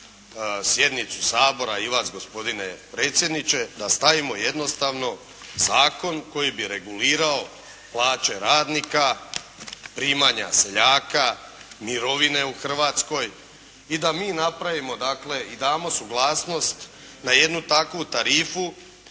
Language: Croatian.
sjednicu Sabora i vas gospodine predsjedniče da stavimo jednostavno zakon koji bi regulirao plaće radnika, primanje seljaka, mirovine u Hrvatskoj i da mi napravimo dakle i damo suglasnost na jednu takvu tarifu